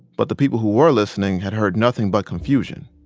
but the people who were listening had heard nothing but confusion.